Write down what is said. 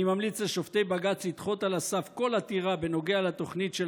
אני ממליץ לשופטי בג"ץ לדחות על הסף כל עתירה בנוגע לתוכנית של